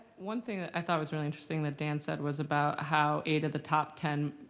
one thing that i thought was really interesting that dan said was about how eight of the top ten